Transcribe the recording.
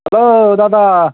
hello দাদা